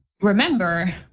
remember